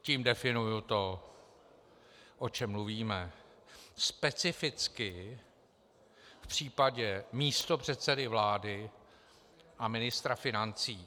Tím definuji to, o čem mluvíme, specificky v případě místopředsedy vlády a ministra financí.